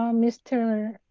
um mr.